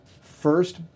first